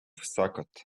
sukkot